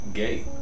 gay